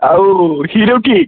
ଆଉ ହିରୋ କିଏ